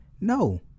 No